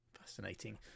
Fascinating